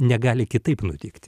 negali kitaip nutikti